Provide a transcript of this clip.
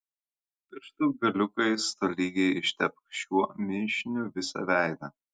pirštų galiukais tolygiai ištepk šiuo mišiniu visą veidą